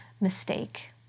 mistake